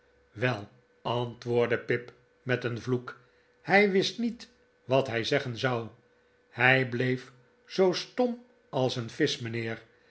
wel antwoordde pip met een vloek hij wist niet wat hij zeggen zou hij bleef zoo stom als een visch mijnheer